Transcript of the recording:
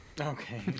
Okay